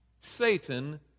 Satan